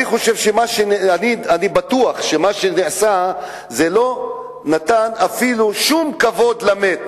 אני בטוח שמה שנעשה לא נתן שום כבוד למת.